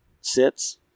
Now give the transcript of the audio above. sits